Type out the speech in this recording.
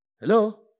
Hello